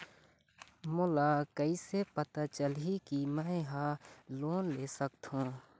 मोला कइसे पता चलही कि मैं ह लोन ले सकथों?